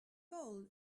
ball